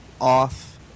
off